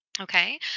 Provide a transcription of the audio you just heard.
Okay